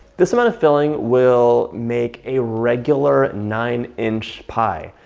this amount of filling will make a regular nine inch pie.